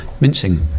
mincing